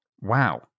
wow